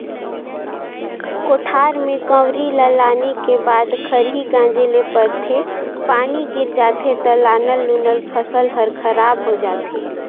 कोठार में कंवरी ल लाने के बाद खरही गांजे ले परथे, पानी गिर जाथे त लानल लुनल फसल हर खराब हो जाथे